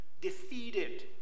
defeated